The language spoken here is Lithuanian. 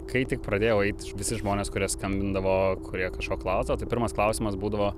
kai tik pradėjau eiti visi žmonės kurie skambindavo kurie kažko klausdavo tai pirmas klausimas būdavo